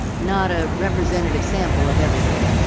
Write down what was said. not a representative sample of everybody.